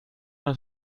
los